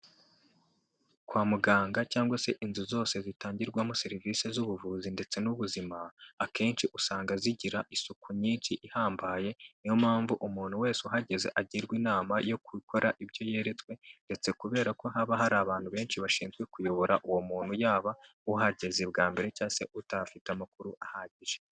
Kwa muganga cyangwa se inzu zose zitangirwamo serivisi z'ubuvuzi ndetse n'ubuzima, akenshi usanga zigira isuku nyinshi ihambaye, ni yo mpamvu umuntu wese uhageze agirwa inama yo gukora ibyo yeretswe, ndetse kubera ko haba hari abantu benshi bashinzwe kuyobora uwo muntu, yaba uhageze bwa mbere cyangwa se udafite amakuru ahagije.